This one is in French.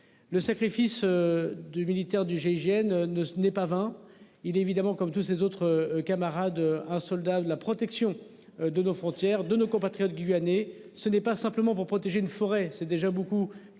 le sacrifice. Du militaires du GIGN ne n'est pas vain. Il est évidemment comme tous ses autres camarades. Un soldat de la protection de nos frontières de nos compatriotes guyanais, ce n'est pas simplement pour protéger une forêt c'est déjà beaucoup